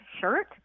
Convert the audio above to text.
shirt